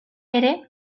ere